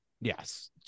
yes